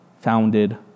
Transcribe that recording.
founded